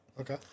okay